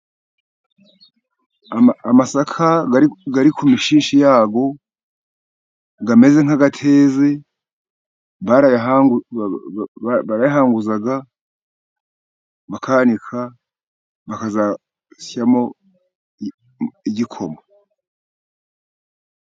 Amasaka ari ku mishishi yayo ,Ameze nk'ateze, bari barayahanguza, bakayanika bakazasyamo igikoma.